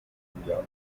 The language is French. routière